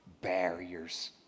barriers